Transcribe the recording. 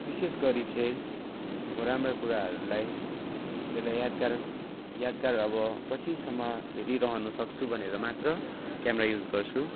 विशेष गरी चाहिँ म राम्रा कुराहरूलाई त्यसलाई यादगार यादगार अब पछिसम्म हेरिरहन सक्छु भनेर मात्र क्यामेरा युज गर्छु